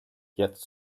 jetzt